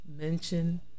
mention